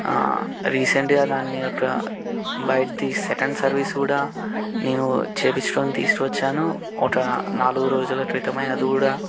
రీసెంట్గా దాన్ని ఒక బైక్ది సెకండ్ సర్వీస్ కూడా నేను చేయించుకొని తీసుకొచ్చాను ఒక నాలుగు రోజుల క్రితమే అది కూడా